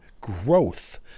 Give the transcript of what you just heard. growth